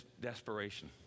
desperation